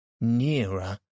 Nearer